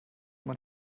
man